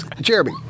Jeremy